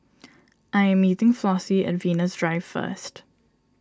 I am meeting Flossie at Venus Drive first